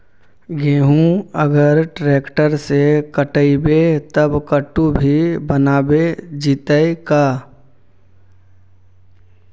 गेहूं अगर ट्रैक्टर से कटबइबै तब कटु भी बनाबे जितै का?